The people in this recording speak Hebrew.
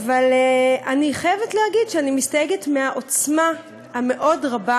אבל אני חייבת להגיד שאני מסתייגת מהעוצמה המאוד-רבה,